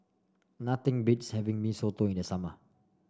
nothing beats having Mee Soto in the summer